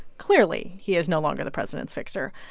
clearly, he is no longer the president's fixer.